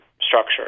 structure